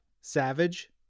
savage